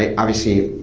obviously,